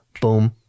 Boom